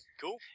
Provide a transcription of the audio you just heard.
Cool